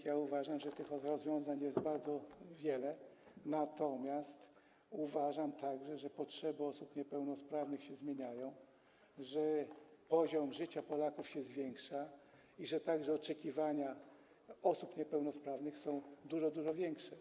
Ja uważam, że tych rozwiązań jest bardzo wiele, natomiast uważam także, że potrzeby osób niepełnosprawnych się zmieniają, że poziom życia Polaków się podwyższa i że także oczekiwania osób niepełnosprawnych są dużo, dużo większe.